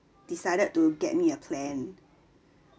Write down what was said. decided to get me a plan